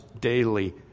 daily